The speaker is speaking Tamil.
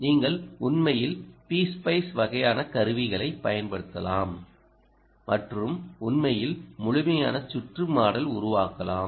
நீங்கள் உண்மையில் P ஸ்பைஸ் வகையான கருவிகளைப் பயன்படுத்தலாம் மற்றும் உண்மையில் முழுமையான சுற்று மாடல் உருவாக்கலாம்